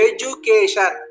Education